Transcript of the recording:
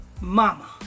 mama